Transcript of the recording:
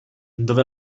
dove